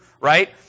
right